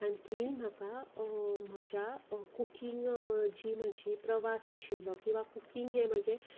आनी तिणी म्हाका म्हज्या कुकींग जी म्हजी प्रवास आशिल्ली किंवां कुकींग हें म्हजें